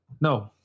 No